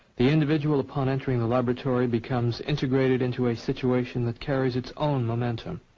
the individual upon entering the laboratory becomes integrated into a situation that carries its own momentum.